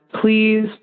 Please